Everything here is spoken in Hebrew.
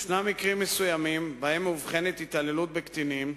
יש מקרים מסוימים שבהם מאובחנת התעללות בקטינים,